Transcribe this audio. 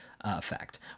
effect